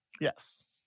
yes